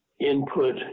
input